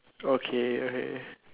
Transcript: okay okay